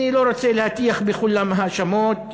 אני לא רוצה להטיח בכולם האשמות,